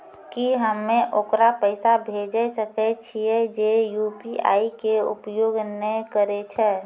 की हम्मय ओकरा पैसा भेजै सकय छियै जे यु.पी.आई के उपयोग नए करे छै?